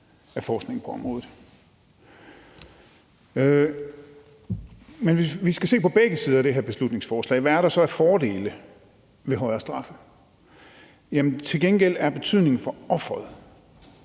af forskningen på området. Men hvis vi skal se på begge sider af det her beslutningsforslag, hvad er der så af fordele ved højere straffe? Det er af betydning, stor